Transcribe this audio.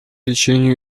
лечению